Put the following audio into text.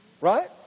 Right